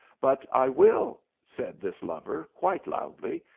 but i will! said this lover, quite loudly,